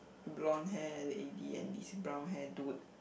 blonde hair lady and this brown hair dude